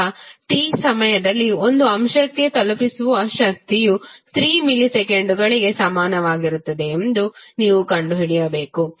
ಈಗ t ಸಮಯದಲ್ಲಿ ಒಂದು ಅಂಶಕ್ಕೆ ತಲುಪಿಸುವ ಶಕ್ತಿಯು 3 ಮಿಲಿಸೆಕೆಂಡುಗಳಿಗೆ ಸಮಾನವಾಗಿರುತ್ತದೆ ಎಂದು ನೀವು ಕಂಡುಹಿಡಿಯಬೇಕು